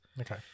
Okay